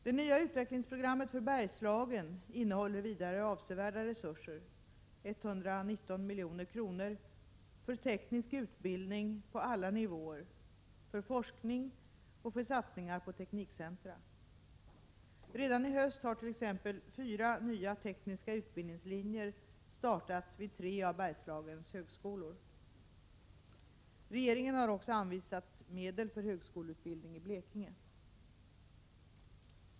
Det nya utvecklingsprogrammet för Bergslagen innehåller vidare avsevärda resurser — 119 milj.kr. - för teknisk utbildning på alla nivåer, för forskning och för satsningar på teknikcentra. Redan i höst har t.ex. fyra nya tekniska utbildningslinjer startats vid tre av Bergslagens högskolor. Regeringen har också anvisat medel för högskoleutbildning i Blekinge.